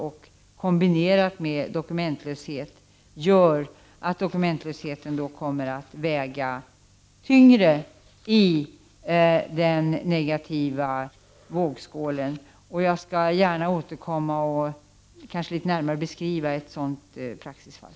Och detta kombinerat med dokumentlöshet gör att dokumentlösheten kommer att väga tyngre i den negativa vågskålen. Jag skall gärna återkomma senare i debatten och närmare beskriva ett sådant praktiskt fall.